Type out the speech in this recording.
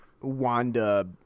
Wanda